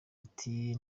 ati